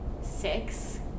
six